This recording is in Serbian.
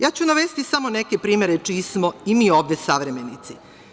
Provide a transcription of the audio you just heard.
Ja ću navesti samo neke primere čiji smo i mi ovde savremenici.